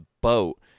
boat